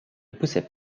poussaient